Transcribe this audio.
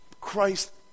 Christ